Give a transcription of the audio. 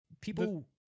people